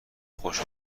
خوش